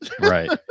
Right